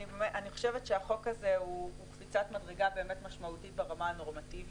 אני חושבת שהחוק הזה הוא קפיצת מדרגה באמת משמעותית ברמה הנורמטיבית.